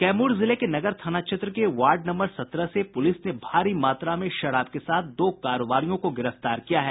कैमूर जिले के नगर थाना क्षेत्र के वार्ड नंबर सत्रह से पूलिस ने भारी मात्रा में शराब के साथ दो कारोबारियों को गिरफ्तार किया है